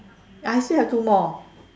I still have two more